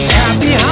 happy